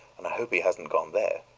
and i hope he hasn't gone there.